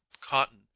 cotton